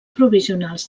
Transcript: provisionals